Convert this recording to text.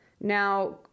Now